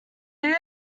bear